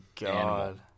god